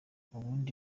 ubundi